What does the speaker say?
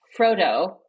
Frodo